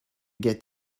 get